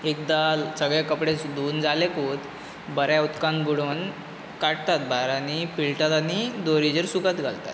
एकदां सगळे कपडे धुंवून जालेकूत बऱ्या उदकांत बुडोवन काडटात भायर आनी पिळटात आनी दोरयेचेर सुकत घालतात